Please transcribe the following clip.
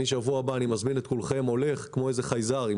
בשבוע הבא אני מזמין את כולכם אני אלך כמו איזה חייזר עם